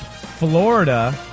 Florida